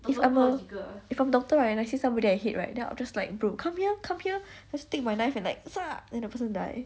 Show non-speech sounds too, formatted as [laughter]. if I'm a if I'm doctor and I see somebody I hate right then I'll just like bro come here come here just take my knife and like [noise] then the person die